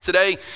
Today